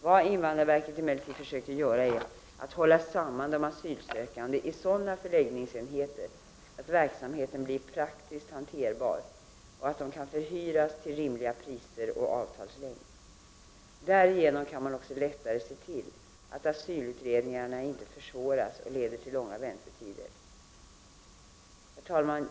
Vad invandrarverket emellertid försöker göra, är att hålla samman de asylsökande i sådana förläggningsenheter att verksam heten blir praktiskt hanterbar och att de kan förhyras till rimliga priser och rimlig avtalslängd. Därigenom kan man också lättare se till att asylutredningarna inte försvåras och leder till långa väntetider. Herr talman!